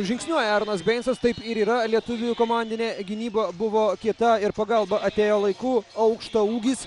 žingsniuoja aronas beincas taip ir yra lietuvių komandinė gynyba buvo kieta ir pagalba atėjo laiku aukštaūgis